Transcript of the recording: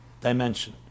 dimension